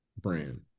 brand